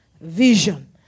vision